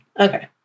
Okay